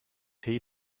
tee